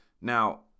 Now